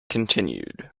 continued